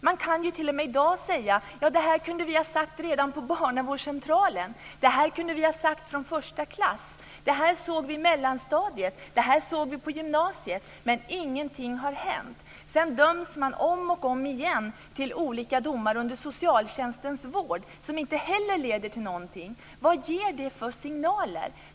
Det händer t.o.m. att man i dag säger: Det här kunde vi ha förutsagt redan på barnavårdscentralen eller i första klass, på mellanstadiet eller på gymnasiet, men ingenting har hänt. I stället döms de här ungdomarna om och om igen och blir föremål för åtgärder under socialtjänstens vård som inte heller leder till någonting. Vad ger det för signaler?